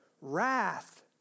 Wrath